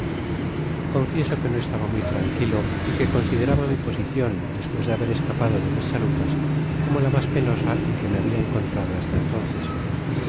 confieso que no estaba muy tranquilo y que consideraba mi posicion despues de haber escapado de las chalupas como la mas penosa en que me habia encontrado hasta entonces